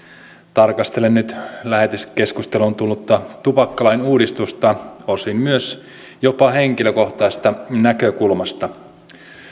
tarkastelen nyt lähetekeskusteluun tullutta tupakkalain uudistusta osin myös jopa henkilökohtaisesta näkökulmasta